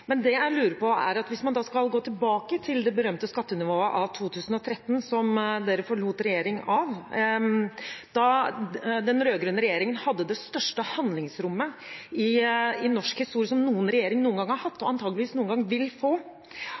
Men hvis man går tilbake til det berømte skattenivået fra 2013, da dere forlot regjeringsmakten, hadde den rød-grønne regjeringen det største handlingsrommet i norsk historie, det største noen regjering noen gang har hatt, og antakeligvis noen gang vil få.